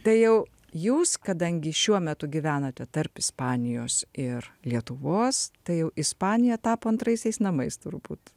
tai jau jūs kadangi šiuo metu gyvenate tarp ispanijos ir lietuvos tai jau ispanija tapo antraisiais namais turbūt